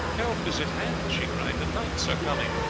help is at hand! she cried, the knights are coming!